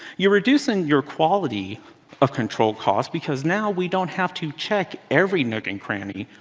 you're reducing your quality of control costs, because now we don't have to check every nook and cranny